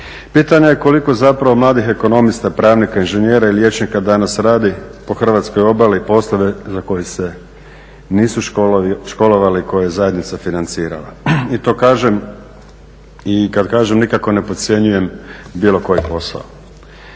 pitanje je koliko zapravo mladih ekonomista, pravnika, inženjera i liječnika danas radi po hrvatskoj obali poslove za koje se nisu školovali, koje je zajednica financirala. I to kažem i kad kažem nikako ne podcjenjujem bilo koji posao.